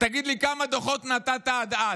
תגיד לי כמה דוחות נתת עד אז.